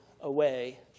away